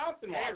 Johnson